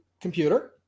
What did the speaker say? computer